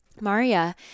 Maria